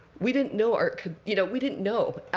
we didn't know art could you know we didn't know.